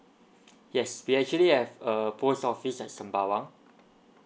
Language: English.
yes we actually have a post office at sembawang